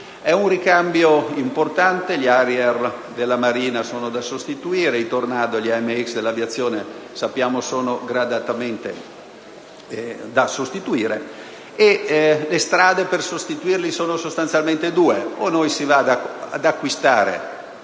È un ricambio importante: gli Harrier della Marina sono da sostituire; i Tornado e gli AMX dell'Aviazione sappiamo che sono gradatamente da sostituire. E le strade per sostituirli sono sostanzialmente due: